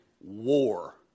war